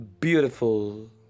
beautiful